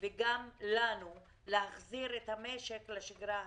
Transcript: וגם לנו להחזיר את המשק לשגרה הרגילה.